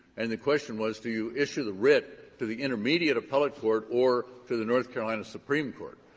and the question was, do you issue the writ to the intermediate appellate court or to the north carolina supreme court?